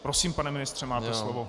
Prosím, pane ministře, máte slovo.